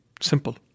Simple